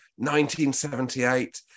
1978